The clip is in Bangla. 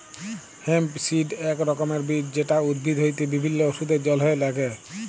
হেম্প সিড এক রকমের বীজ যেটা উদ্ভিদ হইতে বিভিল্য ওষুধের জলহে লাগ্যে